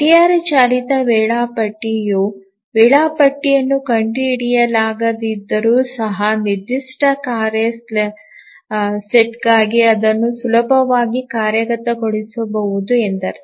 ಗಡಿಯಾರ ಚಾಲಿತ ವೇಳಾಪಟ್ಟಿಯು ವೇಳಾಪಟ್ಟಿಯನ್ನು ಕಂಡುಹಿಡಿಯಲಾಗದಿದ್ದರೂ ಸಹ ನಿರ್ದಿಷ್ಟ ಕಾರ್ಯ ಸೆಟ್ಗಾಗಿ ಅದನ್ನು ಸುಲಭವಾಗಿ ಕಾರ್ಯಗತಗೊಳಿಸಬಹುದು ಎಂದರ್ಥ